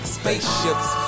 spaceships